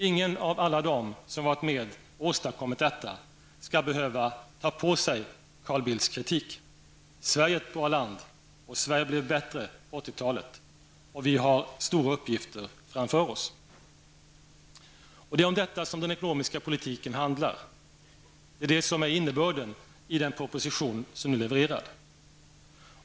Ingen av alla dem som varit med och åstadkommit detta skall behöva ta på sig av Carl Bildts kritik. Sverige är ett bra land, och Sverige blev bättre på 1980-talet, och vi har stora uppgifter framför oss. Det är om detta som den ekonomiska politiken handlar. Det är det som är innebörden i den proposition som nu är levererad.